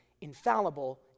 infallible